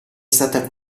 stata